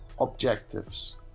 objectives